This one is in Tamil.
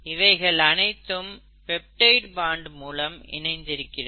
இவைகள் அனைத்தும் பெப்டைடு பாண்ட் மூலம் இணைந்திருக்கிறது